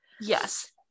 yes